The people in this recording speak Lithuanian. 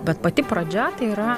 bet pati pradžia tai yra